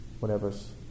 whatever's